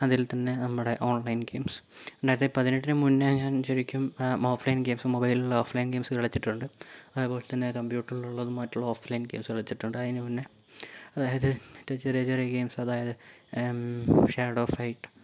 അതിൽതന്നെ നമ്മുടെ online games രണ്ടായിരത്തിപ്പതിനെട്ടിന് മുന്നേ ഞാൻ ശരിക്കും ഓഫ്ലൈൻ ഗെയിംസ് മൊബൈലിലുള്ള ഓഫ്ലൈൻ ഗെയിംസ് കളിച്ചിട്ടുണ്ട് അതുപോലെത്തന്നെ കമ്പ്യൂട്ടറിലുള്ളതും മറ്റുള്ള ഓഫ്ലൈൻ ഗെയിംസ് കളിച്ചിട്ടുണ്ട് അതിന് മുന്നേ അതായത് മറ്റ് ചെറിയ ചെറിയ ഗെയിംസ് അതായത് ഷേഡോ ഫൈറ്റ്